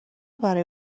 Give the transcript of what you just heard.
برای